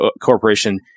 corporation